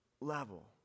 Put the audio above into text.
level